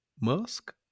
Musk